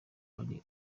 ari